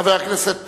חבר הכנסת פרץ,